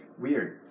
weird